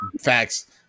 Facts